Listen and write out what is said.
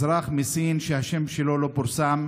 אזרח מסין שהשם שלו לא פורסם,